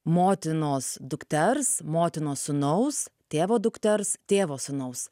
motinos dukters motinos sūnaus tėvo dukters tėvo sūnaus